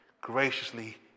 graciously